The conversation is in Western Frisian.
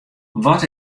wat